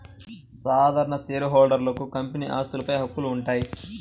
సాధారణ షేర్హోల్డర్లకు కంపెనీ ఆస్తులపై హక్కులు ఉంటాయి